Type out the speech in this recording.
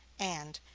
and,